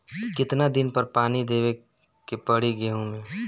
कितना दिन पर पानी देवे के पड़ी गहु में?